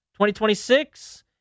2026